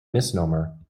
misnomer